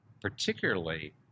particularly